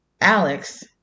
Alex